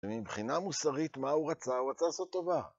מבחינה מוסרית, מה הוא רצה? הוא רצה לעשות טובה.